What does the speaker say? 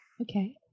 Okay